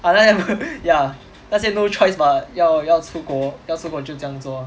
oh 那个不 yeah 那些 no choice mah 要要出国要出国就这样做 lor